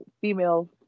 female